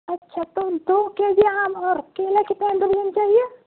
اچھا تو دو کے جی آم اور کیلا کتنے درجن چاہیے